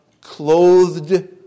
clothed